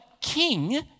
king